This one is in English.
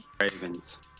Ravens